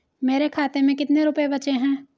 मेरे खाते में कितने रुपये बचे हैं?